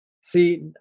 See